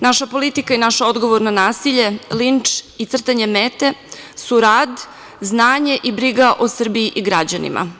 Naša politika i odgovorna nasilje, linč i crtanje mete su rad, znanje i briga o Srbiji i građanima.